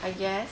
I guess